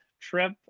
trip